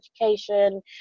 education